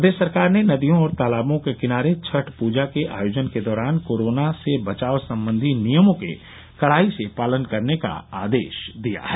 प्रदेश सरकार ने नदियों और तलाबों के किनारे छठ पूजा के आयोजन के दौरान कोरोना से बचाव संबंधी नियमों के कड़ाई से पालन करने का आदेश दिया है